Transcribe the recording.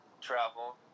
travel